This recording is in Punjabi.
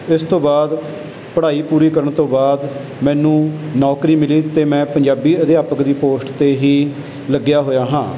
ਇਸ ਤੋਂ ਬਾਅਦ ਪੜ੍ਹਾਈ ਪੂਰੀ ਕਰਨ ਤੋਂ ਬਾਅਦ ਮੈਨੂੰ ਨੌਕਰੀ ਮਿਲੀ ਅਤੇ ਮੈਂ ਪੰਜਾਬੀ ਅਧਿਆਪਕ ਦੀ ਪੋਸਟ 'ਤੇ ਹੀ ਲੱਗਿਆ ਹੋਇਆ ਹਾਂ